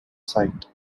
site